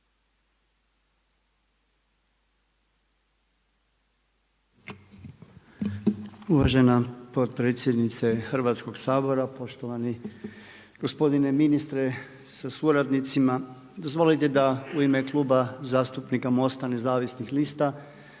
Uvažena potpredsjednice Hrvatskog sabora, poštovani gospodine ministre sa suradnicima, dozvolite da u ime Kluba zastupnika MOST-a nezavisnih lista,